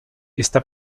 está